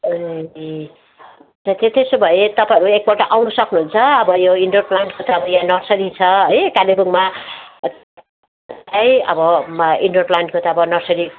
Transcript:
ए त त्यसो भए तपाईँहरू एकपल्ट आउनु सक्नुहुन्छ अब यो इन्डोर प्लान्टको त अब यहाँ नर्सरी छ है कालेबुङमा है अब इन्डोर प्लान्टको त अब नर्सरी